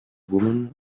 woman